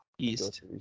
East